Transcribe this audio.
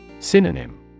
Synonym